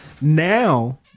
now